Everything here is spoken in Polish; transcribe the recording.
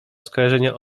skojarzenia